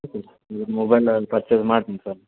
ಇವ್ರ ಮೊಬೈಲ್ ಒಂದು ಪರ್ಚೇಸ್ ಮಾಡ್ತೀನಿ ಸರ್